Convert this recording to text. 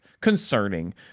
concerning